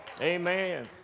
Amen